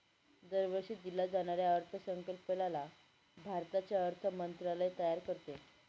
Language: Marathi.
दरवर्षी दिल्या जाणाऱ्या अर्थसंकल्पाला भारताचे अर्थ मंत्रालय तयार करते